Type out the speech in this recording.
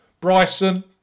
Bryson